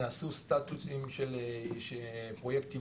נעשו סטטוסים של פרויקטים,